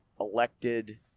elected